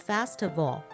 Festival